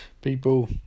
people